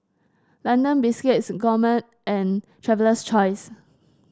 London Biscuits Gourmet and Traveler's Choice